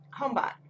Homebot